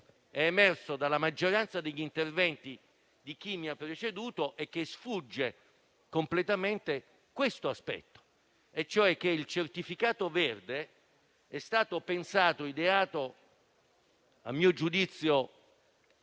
è emerso dalla maggioranza degli interventi di chi mi ha preceduto è che sfugge completamente questo aspetto e, cioè, che il certificato verde è stato pensato e ideato - a mio giudizio